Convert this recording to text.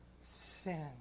sin